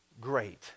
great